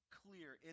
clear